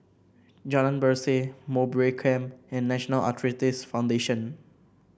Jalan Berseh Mowbray Camp and National Arthritis Foundation